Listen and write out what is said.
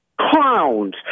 clowns